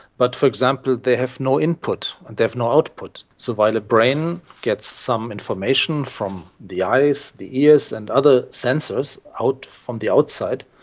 but, for example, they have no input and they have no output. so while the ah brain gets some information from the eyes, the ears and other senses out from the outside,